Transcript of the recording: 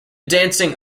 dancing